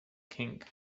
king